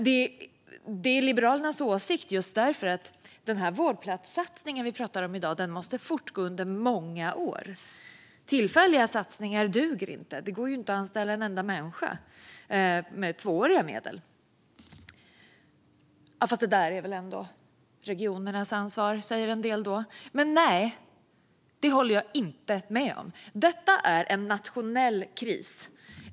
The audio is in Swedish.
Det är därför Liberalernas åsikt att vårdplatssatsningen måste fortgå under många år. Tillfälliga satsningar duger inte. Det går inte att anställa en enda människa med tvååriga medel. Fast det där är väl ändå regionernas ansvar, säger en del. Nej, det håller jag inte med om. Detta är en nationell kris.